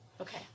Okay